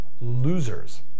losers